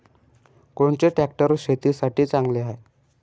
कोनचे ट्रॅक्टर शेतीसाठी चांगले हाये?